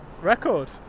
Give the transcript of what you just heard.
record